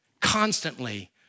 constantly